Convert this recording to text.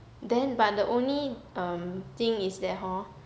then but the only um thing is that hor